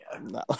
No